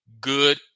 good